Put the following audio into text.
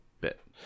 bit